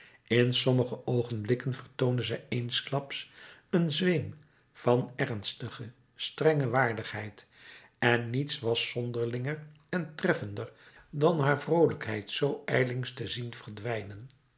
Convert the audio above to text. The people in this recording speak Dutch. in sommige oogenblikken vertoonde zij eensklaps een zweem van ernstige strenge waardigheid en niets was zonderlinger en treffender dan haar vroolijkheid zoo ijlings te zien verdwijnen